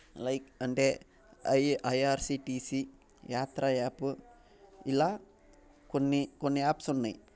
like అంటే I R C T C Yatra app ఇలా కొన్ని కొన్ని యాప్స్ ఉన్నాయి